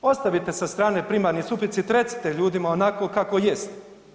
Ostavite sa strane primarni suficit, recite ljudima onako kako jest.